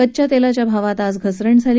कच्च्या तेलाच्या भावात आज घसरण झाली